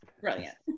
Brilliant